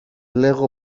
λέγω